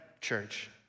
church